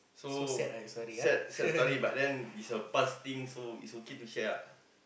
so sad sad story but then it's a past thing so it's okay to share ah